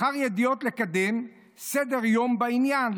בחר ידיעות לקדם סדר-יום בעניין.